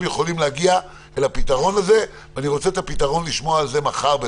יכולים להגיע לפתרון הזה ואני רוצה לשמוע עליו מחר.